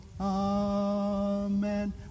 Amen